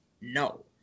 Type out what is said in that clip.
No